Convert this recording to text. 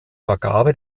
vergabe